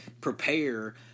prepare